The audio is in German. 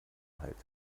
halt